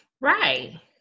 Right